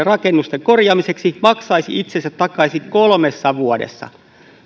rakennusten korjaamiseksi maksaisi itsensä takaisin kolmessa vuodessa